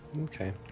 Okay